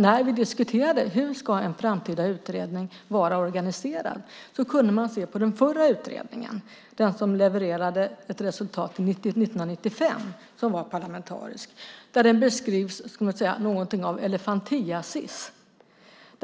När vi diskuterade hur en framtida utredning ska vara organiserad kunde man titta på den förra utredningen, den som levererade ett resultat 1995. Den var parlamentarisk. Den beskrivs som något av elefantiasis.